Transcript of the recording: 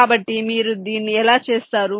కాబట్టి మీరు దీన్ని ఎలా చేస్తారు